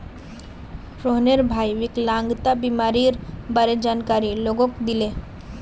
रोहनेर भईर विकलांगता बीमारीर बारे जानकारी लोगक दीले